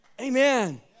Amen